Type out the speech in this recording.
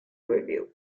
review